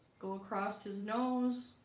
go across his nose